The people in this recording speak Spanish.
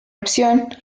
opción